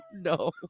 No